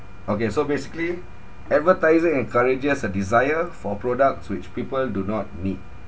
okay so basically advertising encourages a desire for products which people do not need